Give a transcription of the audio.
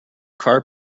car